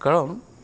কাৰণ